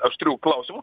aštrių klausimų